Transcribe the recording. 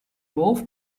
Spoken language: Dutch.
wolf